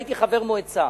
הייתי חבר מועצה.